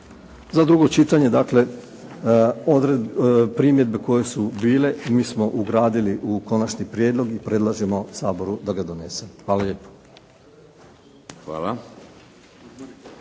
Za drugo čitanje, dakle primjedbe koje su bile mi smo ugradili u konačni prijedlog i predlažemo Saboru da ga donese. Hvala lijepo.